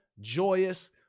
joyous